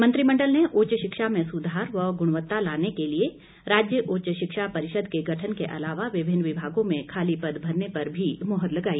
मंत्रिमंडल ने उच्च शिक्षा में सुधार व गुणवत्ता लाने के लिए राज्य उच्च शिक्षा परिषद के गठन के अलावा विभिन्न विभागों में खाली पद भरने पर भी मोहर लगाई